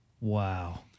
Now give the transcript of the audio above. Wow